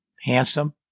Handsome